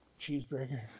Cheeseburger